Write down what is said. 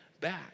back